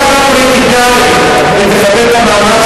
אתה עכשיו פוליטיקאי ותכבד את המעמד